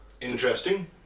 interesting